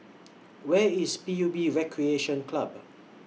Where IS P U B Recreation Club